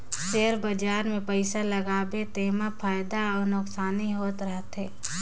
share बजार मे पइसा लगाबे तेमा फएदा अउ नोसकानी होत रहथे